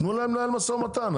תנו להם לנהל משא ומתן.